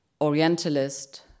orientalist